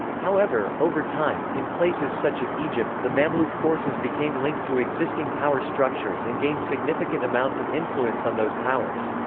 however, over time, in places such as egypt, the mamluk forces became linked to existing power structures and gained significant amounts of influence on those powers.